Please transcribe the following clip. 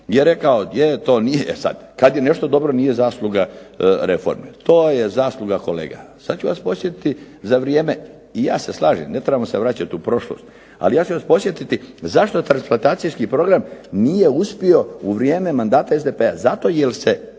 je rekao e to nije sad, kad je nešto dobro nije zasluga reforme, to je zasluga kolega. Sad ću vas podsjetiti, za vrijeme i ja se slažem ne trebamo se vraćat u prošlost, ali ja ću vas podsjetiti zašto transplantacijski program nije uspio u vrijeme mandata SDP-a. Zato jer su se